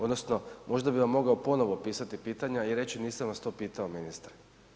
Odnosno možda bi vam mogao ponovno pisati pitanja i reći nisam vas to pitao, ministre.